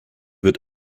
wird